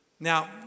Now